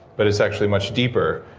but it's actually much deeper,